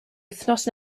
wythnos